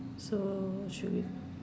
so should we